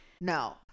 no